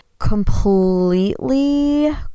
completely